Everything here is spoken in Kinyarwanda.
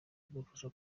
kudufasha